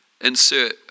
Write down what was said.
Insert